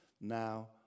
now